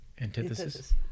antithesis